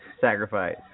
sacrifice